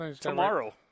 tomorrow